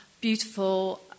beautiful